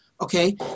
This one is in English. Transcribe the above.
Okay